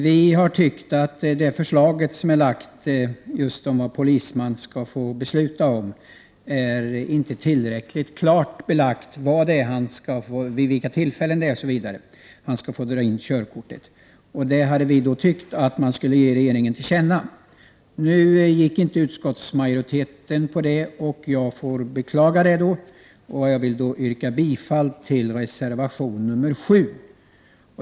Vi har tyckt att det i förslaget inte är tillräckligt klart belagt vid vilka tillfällen polisman skall få besluta om körkortsindragning. Vi tyckte att man skulle ge regeringen detta till känna. Utskottsmajoriteten gick inte med på det. Jag får beklaga det och vill då yrka bifall till reservation nr 7.